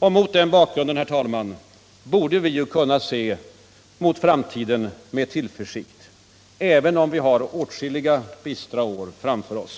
Mot den bakgrunden, herr talman, borde vi kunna se med tillförsikt mot framtiden, även om vi har åtskilliga bistra år framför oss.